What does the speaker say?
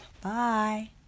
bye